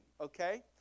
Okay